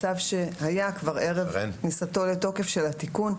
שהיה כבר ערב כניסתו לתוקף של התיקון,